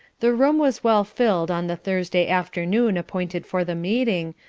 the room was well filled on the thursday afternoon appointed for the meeting,